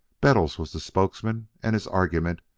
bettles was the spokesman, and his argument,